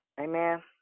Amen